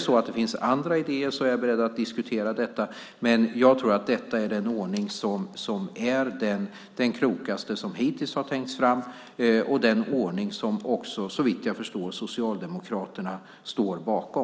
Finns det andra idéer är jag beredd att diskutera dessa, men jag tror att den nuvarande ordningen är den klokaste som hittills har tänkts fram. Det är en ordning som också, såvitt jag förstår, Socialdemokraterna står bakom.